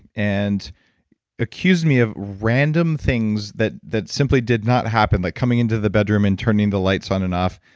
and accused me of random things that that simply did not happen. like coming into the bedroom and turning the lights on and off,